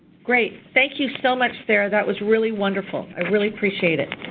great, thank you so much, sarah. that was really wonderful. i really appreciate it.